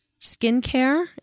skincare